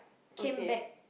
okay